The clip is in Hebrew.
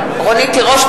תירוש,